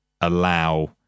allow